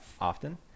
often